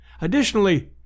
Additionally